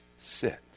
sit